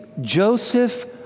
Joseph